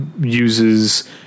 uses